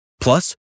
Plus